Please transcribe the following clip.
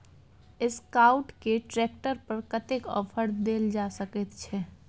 Escort के tractor पर कतेक ऑफर दैल जा सकेत छै?